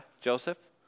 Joseph